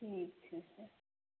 ठीक छै तऽ